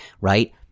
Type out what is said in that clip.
Right